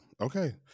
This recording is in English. Okay